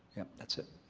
yep. that's it.